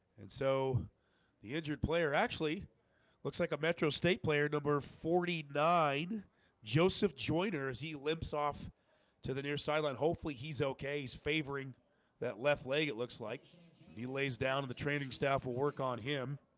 and so the injured player actually looks like a metro state player number forty nine joseph joyner as he limps off to the near sideline. hopefully he's okay. he's favoring that left leg it looks like he lays down the training staff will work on him.